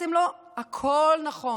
הכול נכון.